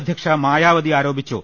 അ ധ്യക്ഷ മായാവതി ആരോപിച്ചു